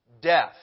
death